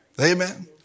Amen